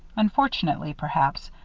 unfortunately, perhaps,